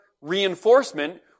reinforcement